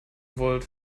wollt